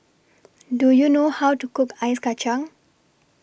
Do YOU know How to Cook Ice Kachang